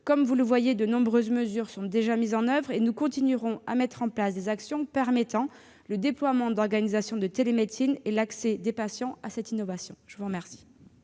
Comme vous le voyez, de nombreuses mesures sont déjà mises en oeuvre. Nous continuerons de mettre en place des actions permettant le déploiement d'organisations de télémédecine et l'accès des patients à cette innovation. La parole